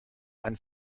einen